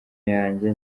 yanjye